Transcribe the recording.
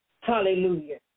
Hallelujah